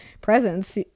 Presents